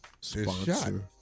sponsor